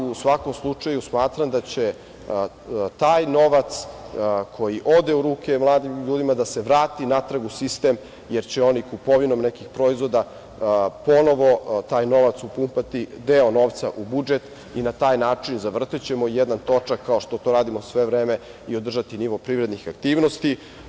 U svakom slučaju, smatram da će taj novac koji ode u ruke mladim ljudima, da se vrati natrag u sistem, jer će oni kupovinom nekih proizvoda ponovo taj novac upumpati, deo novca, u budžet i na taj način, zavrtećemo jedan točak, kao što to radimo sve vreme, i održati nivo privrednih aktivnosti.